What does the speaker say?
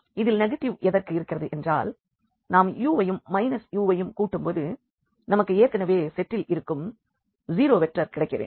இதில் நெகட்டிவ் எதற்கு இருக்கிறது என்றால் நாம் u யும் u யும் கூட்டும் போது நமக்கு ஏற்கெனவே செட்டில் இருக்கும் ஜீரோ வெக்டர் கிடைக்கவேண்டும்